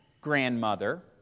grandmother